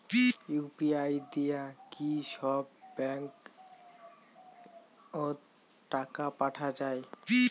UPI দিয়া কি সব ব্যাংক ওত টাকা পাঠা যায়?